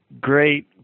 great